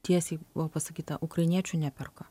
tiesiai buvo pasakyta ukrainiečių neperka